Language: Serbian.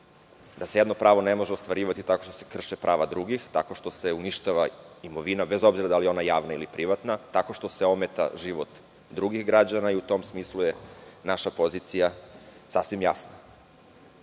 jednog prava ne može ostvarivati tako što se krše prava drugih tako što se uništava imovina bez obzira da li je ona javna ili privatna tako što se ometa život drugih građana i u tom smislu je naša pozicija sasvim jasna.